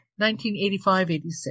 1985-86